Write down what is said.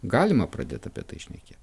galima pradėt apie tai šnekėt